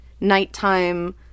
nighttime